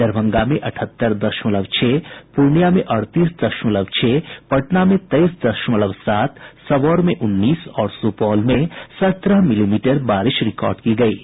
दरभंगा में अठहत्तर दशमलव छह पूर्णियां में अड़तीस दशमलव छह पटना में तेईस दशमलव सात सबौर में उन्नीस और सुपौल में सत्रह मिलीमीटर बारिश रिकॉर्ड की गयी है